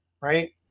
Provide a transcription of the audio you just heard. right